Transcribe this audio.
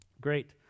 Great